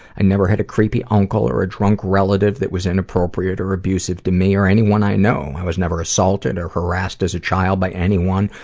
i never had a creepy uncle or a drunk relative that was inappropriate or abusive to me or anyone i know. i was never assaulted or harassed as a child by anyone,